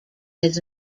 his